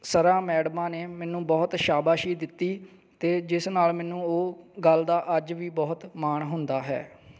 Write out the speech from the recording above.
ਸਰਾਂ ਮੈਡਮਾਂ ਨੇ ਮੈਨੂੰ ਬਹੁਤ ਸ਼ਾਬਾਸ਼ ਦਿੱਤੀ ਅਤੇ ਜਿਸ ਨਾਲ ਮੈਨੂੰ ਉਹ ਗੱਲ ਦਾ ਅੱਜ ਵੀ ਬਹੁਤ ਮਾਣ ਹੁੰਦਾ ਹੈ